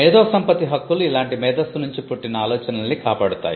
మేధోసంపత్తి హక్కులు ఇలాంటి మేధస్సు నుంచి పుట్టిన ఆలోచనల్ని కాపాడుతాయి